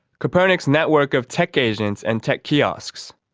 kopernik's network of tech agents and tech kiosks,